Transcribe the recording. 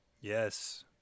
Yes